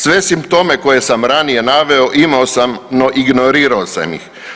Sve simptome koje sam ranije naveo imao sam ih, no ignorirao sam ih.